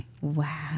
Wow